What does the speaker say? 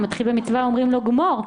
המתחיל במצווה אומרים לו גמור.